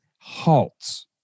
halts